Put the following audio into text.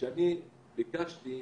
מוסיקאים,